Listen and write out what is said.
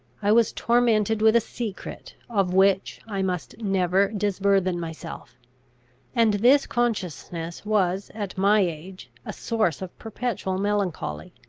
i was tormented with a secret, of which i must never disburthen myself and this consciousness was, at my age, a source of perpetual melancholy.